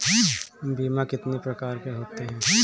बीमा कितनी प्रकार के होते हैं?